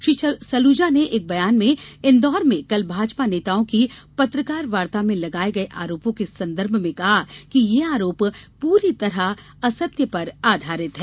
श्री सलूजा ने एक बयान में इंदौर में कल भाजपा नेताओं की पत्रकार वार्ता में लगाए गए आरोपों के संदर्भ में कहा कि ये आरोप पूरी तरह असत्य पर आधारित हैं